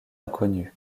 inconnue